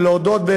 ולהודות,